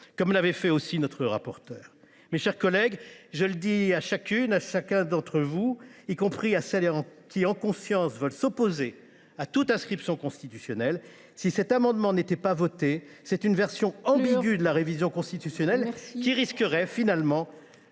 à l’instar de notre rapporteur. Mes chers collègues, je le dis à chacune et à chacun d’entre vous, y compris à celles et à ceux qui, en conscience, veulent s’opposer à toute inscription constitutionnelle : si cet amendement n’était pas voté, … Il faut conclure. … c’est une version ambiguë de la révision constitutionnelle qui risquerait finalement